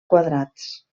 quadrats